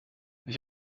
ich